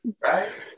Right